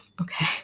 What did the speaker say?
Okay